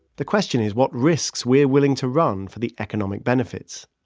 the question is what risks we're willing to run for the economic benefits.